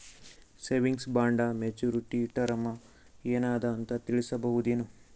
Savings bond maturity term ಏನ ಅದ ಅಂತ ತಿಳಸಬಹುದೇನು?